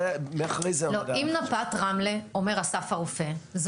מאחורי זה עומד החשש.